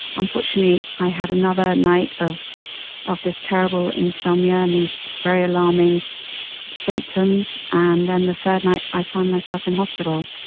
unfortunately i had another night of of this terrible insomnia and these very alarming symptoms, and then the third night i found myself in hospital.